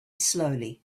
slowly